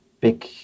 big